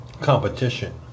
competition